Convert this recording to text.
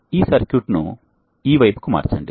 ఈ సర్క్యూట్ను ఈ వైపుకు మార్చండి